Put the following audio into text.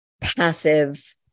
passive